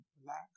relax